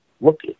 look